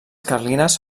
carlines